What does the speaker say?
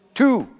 two